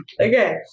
Okay